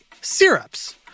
Syrups